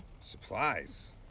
Supplies